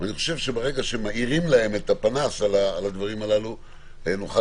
אני חושב שברגע שמאירים להם את הפנס על הדברים הללו נוכל